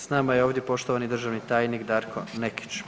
S nama je ovdje poštovani državni tajnik Darko Nekić.